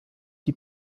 die